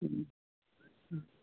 ᱦᱮᱸ ᱦᱮᱸ